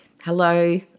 Hello